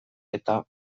eta